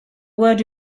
word